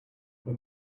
when